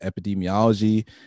Epidemiology